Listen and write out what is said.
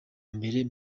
mbere